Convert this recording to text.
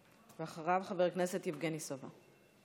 ואחריו, חבר הכנסת יבגני סובה.